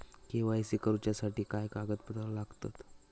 KYC करूच्यासाठी काय कागदपत्रा लागतत?